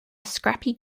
scrappy